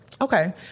Okay